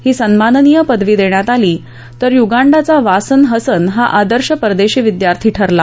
ही सन्माननीय पदवी देण्यात आली तर युगांडाचा वासन हसन हा आदर्श परदेशी विद्यार्थी ठरला